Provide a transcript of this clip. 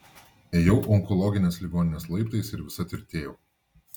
ėjau onkologinės ligoninės laiptais ir visa tirtėjau